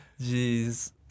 Jeez